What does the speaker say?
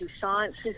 sciences